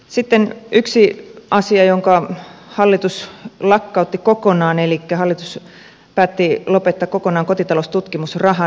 sitten yksi asia jonka hallitus lakkautti kokonaan elikkä hallitus päätti lopettaa kokonaan kotitaloustutkimusrahan